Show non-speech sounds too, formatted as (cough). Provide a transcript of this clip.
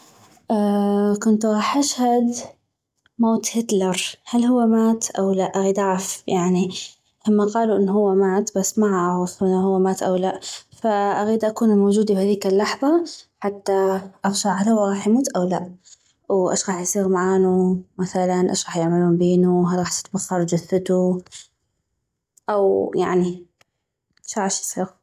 (hesitation) كنتو غاح اشهد موت هتلر هل هو مات او لا اغيد اعف يعني هما قالو انو هو مات بس ما اعغف انو هو مات او لا اغيد اكون موجودي بهذيك اللحظة حتى اغشع هل هو غاح يموت او لا واش غاح يصيغ معانو مثلاً اش غاح يعملون بينو هل غاح تتبخر جثتو او يعني اغشع اش يصيغ